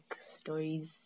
Stories